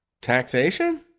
Taxation